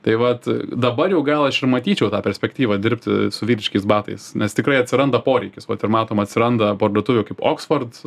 tai vat dabar jau gal aš ir matyčiau tą perspektyvą dirbti su vyriškais batais nes tikrai atsiranda poreikis vat ir matom atsiranda parduotuvių kaip oksford